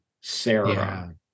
Sarah